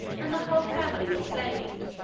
and the whole family was saved.